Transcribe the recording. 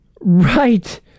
Right